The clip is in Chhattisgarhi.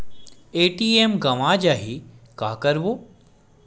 ए.टी.एम गवां जाहि का करबो?